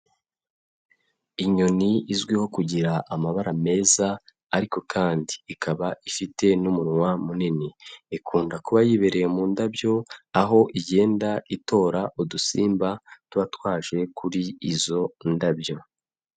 Inyoni izwiho kugira amabara meza ariko kandi ikaba ifite n'umunwa munini, ikunda kuba yibereye mu ndabyo aho igenda itora udusimba tuba twaje kuri izo ndabyo.